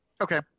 Okay